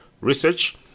research